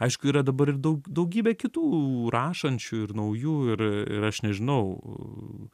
aišku yra dabar daug daugybė kitų rašančių ir naujų ir ir aš nežinau